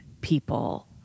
people